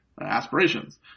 aspirations